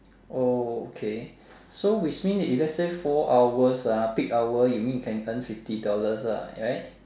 oh okay so which mean if let say four hours ah peak hour you mean you can earn fifty dollars lah right